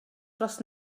dros